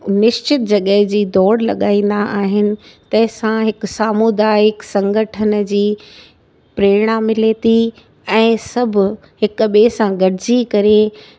निश्चित जॻह जी दौड़ लॻाईंदा आहिनि तंहिंसा हिकु सामुदाइक संगठन जी प्रेरणा मिले थी ऐं सभु हिकु ॿिए सां गॾजी करे